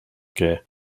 care